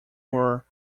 were